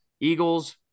Eagles